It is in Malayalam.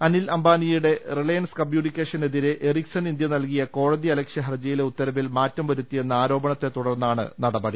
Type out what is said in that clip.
അനിൽ അംബാനിയുടെ റിലയൻസ് കമ്മ്യൂണിക്കേ ഷനെതിരെ എറിക്സൺ ഇന്ത്യ നൽകിയ കോടതിയലക്ഷ്യ ഹർജിയിലെ ഉത്തരവിൽ മാറ്റംവരുത്തിയെന്ന ആരോപണത്തെ തുടർന്നാണ് നടപടി